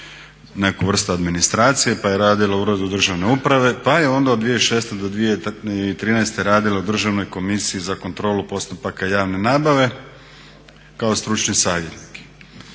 neku vrstu administracije pa je radila u Uredu državne uprave. Pa je onda od 2006. do 2013. radila u Državnoj komisiji za kontrolu postupaka javne nabave kao stručni savjetnik.